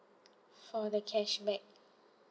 for the cashback